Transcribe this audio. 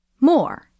More